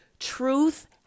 Truth